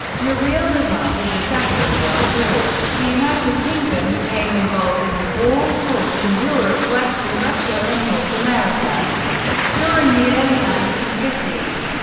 reveal that after the second world war, the united kingdom became involved in a war fought in europe, western russia, and north america during the early nineteen fifty s.